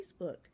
Facebook